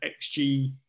XG